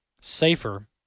safer